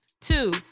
Two